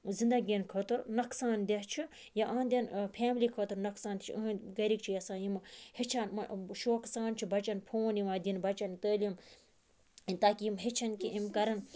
زِندَگِیَن خٲطرٕ نۄقصان دیٚہہ چھُ یا یِہنٛدٮ۪ن پھیملی خٲطرٕ نۄقصان چھُ یِہٕنٛد گَرٕکۍ چھِ یَسان یِم ہیٚچھہٕ ہَن شوقہِ سان چھ بَچَن پھون یِوان دِنہٕ بَچَن تعلیٖم تاکہِ یِم ہیٚچھہٕ ہَن کینٛہہ یِم کَرَن